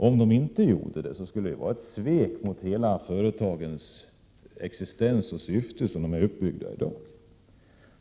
Om de inte vore det, skulle detta — såsom företagen i dag är uppbyggda — vara ett svek mot företagens hela existens och syften.